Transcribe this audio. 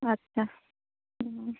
আচ্ছা হম